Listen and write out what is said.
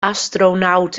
astronaut